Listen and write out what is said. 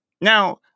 Now